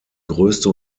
größte